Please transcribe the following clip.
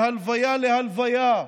מהלוויה להלוויה,